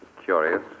Curious